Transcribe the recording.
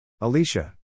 Alicia